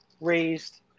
raised